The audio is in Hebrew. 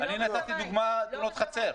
נתתי כדוגמה את תאונות החצר.